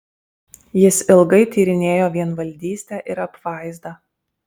jis ilgai tyrinėjo vienvaldystę ir apvaizdą